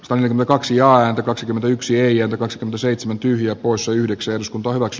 ryhmä kaksi jaa ääntä kaksikymmentäyksi eija kotka seitsemän tyhjää poissa yhdeksän s books